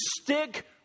stick